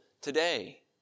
today